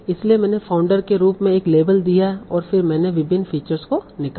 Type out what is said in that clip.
इसलिए मैंने फाउंडर के रूप में एक लेबल दिया और फिर मैंने विभिन्न फीचर्स को निकाला